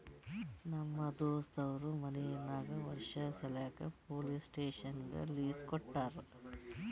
ನಮ್ ದೋಸ್ತ್ ಅವ್ರ ಮನಿ ನಾಕ್ ವರ್ಷ ಸಲ್ಯಾಕ್ ಪೊಲೀಸ್ ಸ್ಟೇಷನ್ಗ್ ಲೀಸ್ ಕೊಟ್ಟಾರ